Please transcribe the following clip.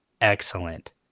excellent